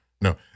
No